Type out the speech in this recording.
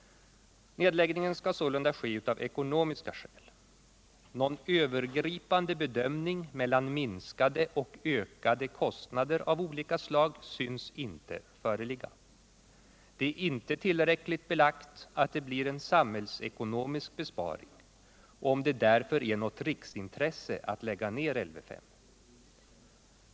Nedläggningen skall sålunda ske av ekonomiska skäl. Någon övergripande bedömning av en ökning eller en minskning av kostnader av olika slag synes inte föreligga. Det är inte tillräckligt belagt att det blir en samhällsekonomisk besparing och om det därför är ett riksintresse att lägga ned Lv 5.